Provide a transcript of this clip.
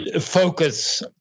focus